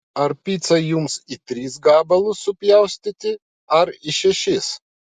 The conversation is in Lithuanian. ar picą jums į tris gabalus supjaustyti ar į šešis